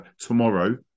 tomorrow